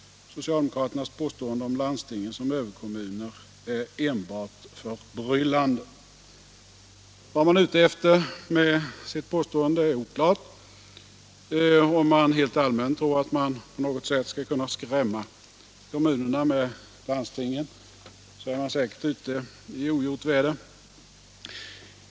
Socialdemokraternas påstående om landstingen som överkommuner är enbart förbryllande. Vad man är ute efter med sitt påstående är oklart. Om man helt allmänt tror att man skall kunna skrämma kommunerna med landstingen, så är man säkert ute i ogjort väder.